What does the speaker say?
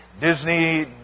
Disney